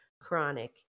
chronic